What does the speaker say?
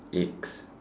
eggs